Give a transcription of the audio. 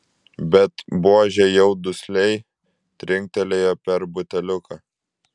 bet buožė jau dusliai trinktelėjo per buteliuką